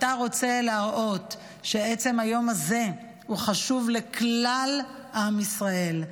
אתה רוצה להראות שעצם היום הזה הוא חשוב לכלל עם ישראל,